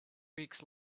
weeks